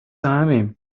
همیم